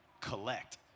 collect